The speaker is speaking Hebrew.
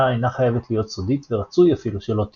אינה חייבת להיות סודית ורצוי אפילו שלא תהיה.